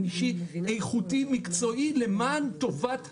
אישי איכותי ומקצועי למען טובת הציבור.